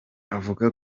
avuga